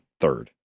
third